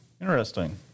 Interesting